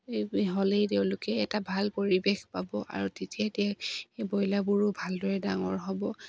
এই হ'লেই তেওঁলোকে এটা ভাল পৰিৱেশ পাব আৰু তেতিয়াই তেওঁ সেই ব্ৰইলাৰবোৰো ভালদৰে ডাঙৰ হ'ব